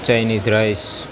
Chinese rice